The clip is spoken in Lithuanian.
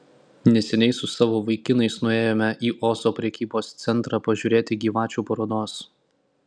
neseniai su savo vaikinais nuėjome į ozo prekybos centrą pažiūrėti gyvačių parodos